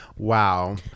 Wow